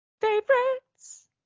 Favorites